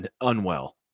unwell